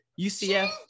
UCF –